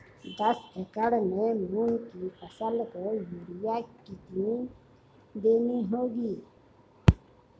दस एकड़ में मूंग की फसल को यूरिया कितनी देनी होगी?